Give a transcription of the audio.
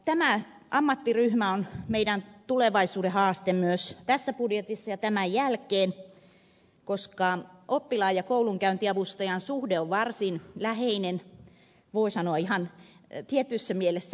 tämä ammattiryhmä on meidän tulevaisuuden haasteemme myös tässä budjetissa ja tämän jälkeen koska oppilaan ja koulunkäyntiavustajan suhde on varsin läheinen voi sanoa ihan tietyssä mielessä intiimi